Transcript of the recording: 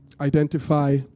identify